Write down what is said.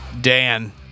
Dan